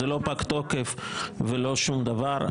זה לא פג תוקף ולא שום דבר.